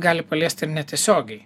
gali paliest ir netiesiogiai